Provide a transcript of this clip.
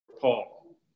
Paul